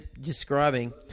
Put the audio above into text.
describing